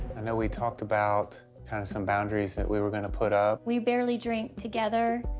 i know we talked about kind of some boundaries that we were gonna put up. we barely drink together,